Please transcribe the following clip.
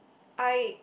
I